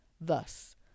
Thus